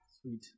Sweet